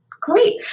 Great